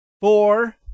four